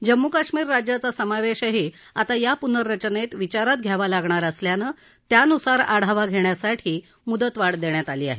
जम्मू काश्मिर राज्याचा समावेशही आता या पुनर्रचनेत विचारात घ्यावा लागणार असल्यानं त्यानुसार आढावा घेण्यासाठी मुदतवाढ देण्यात आली आहे